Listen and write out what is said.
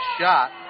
shot